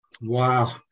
Wow